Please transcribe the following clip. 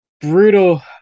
brutal